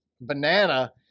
banana